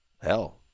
hell